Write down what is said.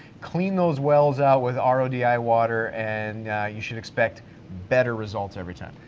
clean those wells out with ah ro di water and you should expect better results every time.